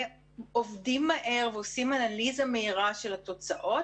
עובדים מהר ועושים אנליזה מהירה של התוצאות.